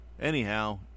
anyhow